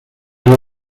new